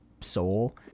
soul